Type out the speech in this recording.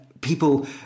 people